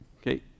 okay